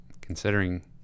considering